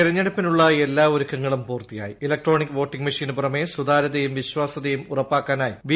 തെരഞ്ഞെടുപ്പിനുള്ള എല്ലാ ഒരുക്കങ്ങളും ഇലക്ട്രോണിക് വോട്ടിംഗ് മെഷീന് പുറമെ സുതാര്യതയും വിശ്വാസ്യതയും ഉറപ്പാക്കാനായി വി